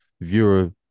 viewer